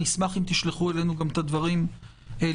נשמח אם תשלחו אלינו את הדברים לפני.